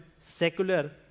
secular